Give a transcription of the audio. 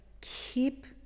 keep